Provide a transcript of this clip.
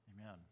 Amen